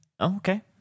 okay